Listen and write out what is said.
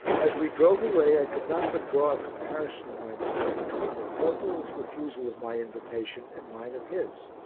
as we drove away i could not but draw a comparison in my mind between the corporal's refusal of my invitation and mine of his,